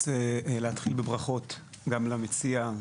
להתחיל בברכות גם למציע,